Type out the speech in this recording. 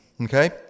Okay